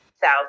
south